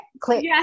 click